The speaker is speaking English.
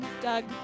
Doug